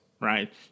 right